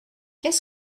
qu’est